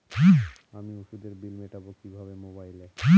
আমি ওষুধের বিল মেটাব কিভাবে মোবাইলে?